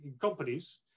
companies